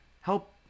help